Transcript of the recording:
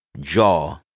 jaw